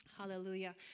Hallelujah